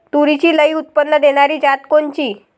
तूरीची लई उत्पन्न देणारी जात कोनची?